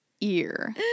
ear